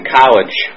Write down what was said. college